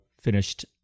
finished